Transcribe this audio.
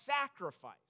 sacrifice